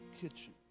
kitchen